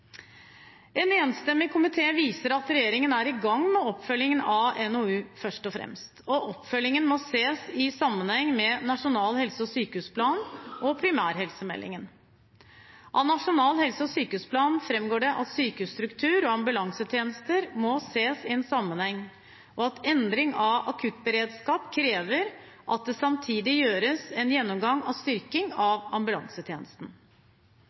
En enstemmig komité viser til at regjeringen er i gang med oppfølgingen av NOU 2015:17 Først og fremst. Oppfølgingen må sees i sammenheng med Nasjonal helse- og sykehusplan og primærhelsemeldingen. Av Nasjonal helse- og sykehusplan framgår det at sykehusstruktur og ambulansetjenester må sees i sammenheng, og at endring av akuttberedskap krever at det samtidig gjøres en gjennomgang og styrking av ambulansetjenesten.